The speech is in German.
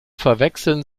verwechseln